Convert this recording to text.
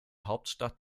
hauptstadt